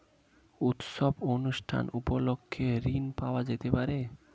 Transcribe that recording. উৎসব অনুষ্ঠান উপলক্ষে ঋণ পাওয়া যেতে পারে?